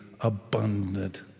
abundant